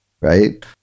right